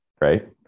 Right